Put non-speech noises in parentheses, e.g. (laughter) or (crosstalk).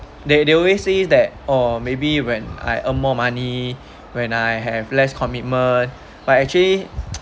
they they always says that oh maybe when I earn more money when I have less commitment but actually (noise)